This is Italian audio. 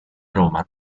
roma